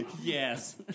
Yes